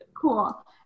Cool